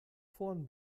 vorn